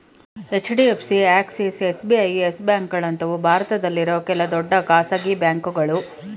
HDFC, Axis, SBI, Yes ಬ್ಯಾಂಕ್ಗಳಂತವು ಭಾರತದಲ್ಲಿರೋ ಕೆಲ ದೊಡ್ಡ ಖಾಸಗಿ ಬ್ಯಾಂಕುಗಳು